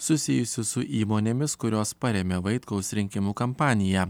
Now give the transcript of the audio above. susijusių su įmonėmis kurios parėmė vaitkaus rinkimų kampaniją